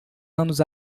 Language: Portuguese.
anos